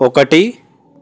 ఒకటి